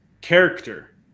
character